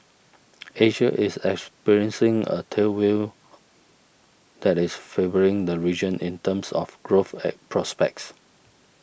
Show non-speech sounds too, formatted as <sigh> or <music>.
Asia is experiencing a tail will that is favouring the region in terms of growth <hesitation> prospects